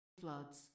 Floods